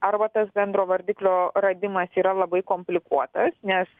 arba tas bendro vardiklio radimas yra labai komplikuotas nes